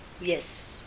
Yes